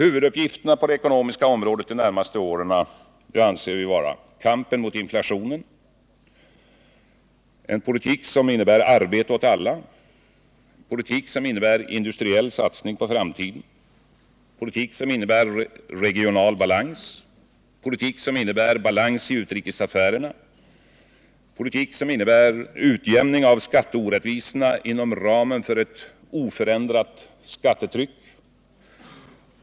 Huvuduppgifterna på det ekonomiska området under de närmaste åren anser vi vara följande: Kampen mot inflationen, en politik som innebär arbete åt alla, en politik som innebär industriell satsning på framtiden, en politik som innebär regional balans, en politik som innebär balans i utrikesaffärerna och en politik som innebär utjämning av skatteorättvisorna inom ramen för ett oförändrat skattetryck.